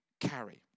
carry